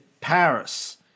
Paris